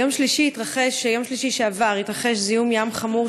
ביום שלישי שעבר התרחש זיהום ים חמור